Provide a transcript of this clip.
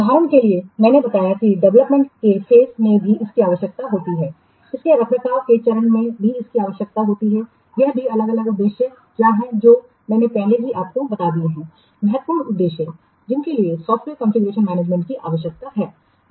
उदाहरण के लिए मैंने बताया है कि डेवलपमेंट के चरण में भी इसकी आवश्यकता होती है इसके रखरखाव के चरण में इसकी आवश्यकता होती है यह भी कि अलग अलग उद्देश्य क्या हैं जो मैंने पहले ही आपको बता दिए हैं महत्वपूर्ण उद्देश्य जिनके लिए सॉफ्टवेयर कॉन्फ़िगरेशनमैनेजमेंट की आवश्यकता है